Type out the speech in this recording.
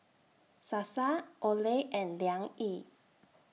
Sasa Olay and Liang Yi